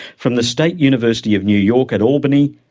from the state university of new york at albany,